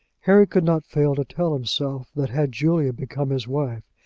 harry could not fail to tell himself that had julia become his wife,